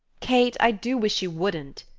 kate, i do wish you wouldn't!